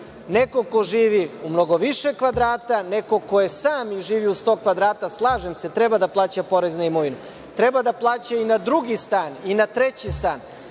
Neko ko živi u mnogo više kvadrata, neko ko je sam živi u 100 kvadrata, slažem se treba da plaća porez na imovinu, treba da plaća i na drugi stan i na treći stan,